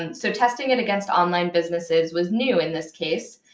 and so testing it against online businesses was new in this case.